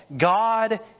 God